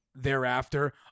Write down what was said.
thereafter